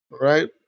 right